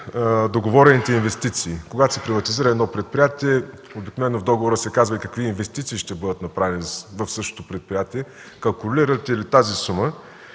договорените инвестиции? Когато се приватизира едно предприятие, обикновено в договора се казва и какви инвестиции ще бъдат направени в същото предприятие. Калкулирате ли тази сума